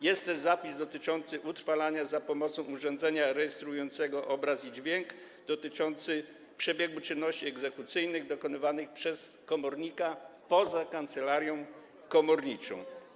Jest też zapis dotyczący utrwalania za pomocą urządzenia rejestrującego obraz i dźwięk w zakresie przebiegu czynności egzekucyjnych dokonywanych przez komornika poza kancelarią komorniczą.